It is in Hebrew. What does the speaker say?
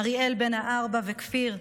אריאל בן הארבע וכפיר,